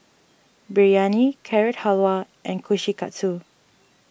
Biryani Carrot Halwa and Kushikatsu